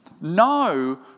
No